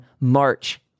march